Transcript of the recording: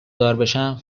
داربشم